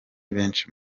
benshi